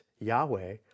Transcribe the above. Yahweh